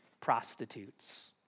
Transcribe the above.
prostitutes